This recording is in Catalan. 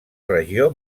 regió